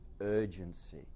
urgency